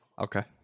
Okay